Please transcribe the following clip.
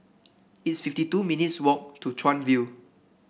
it's fifty two minutes' walk to Chuan View